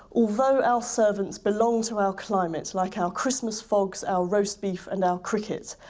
although our servants belong to our climate like our christmas fogs, our roast beef and our cricket,